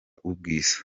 ubwiza